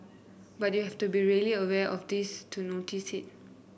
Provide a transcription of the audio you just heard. but you have to be really aware of this to notice it